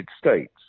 States